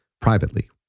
privately